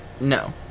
No